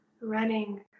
running